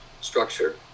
structure